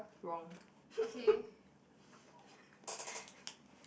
okay